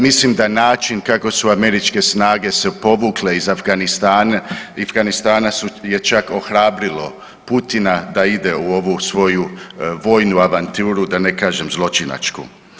Mislim da način kako su američke snage se povukle iz Afganistana su je čak ohrabrilo Putina da ide u ovu svoju vojnu avanturu, da ne kažem zločinačku.